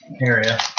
area